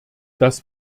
das